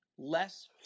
less